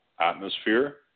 atmosphere